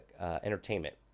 Entertainment